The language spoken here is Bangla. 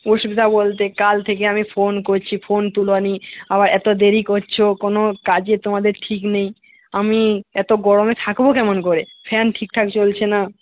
অসুবিধা বলতে কাল থেকে আমি ফোন করছি ফোন তোলোনি আবার এতো দেরি করছ কোনো কাজে তোমাদের ঠিক নেই আমি এত গরমে থাকব কেমন করে ফ্যান ঠিকঠাক চলছে না